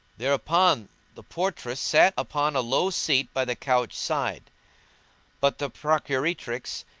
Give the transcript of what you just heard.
thereupon the portress sat upon a low seat by the couch side but the procuretrix,